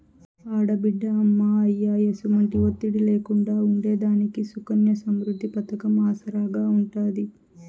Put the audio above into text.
ఆడబిడ్డ అమ్మా, అయ్య ఎసుమంటి ఒత్తిడి లేకుండా ఉండేదానికి సుకన్య సమృద్ది పతకం ఆసరాగా ఉంటాది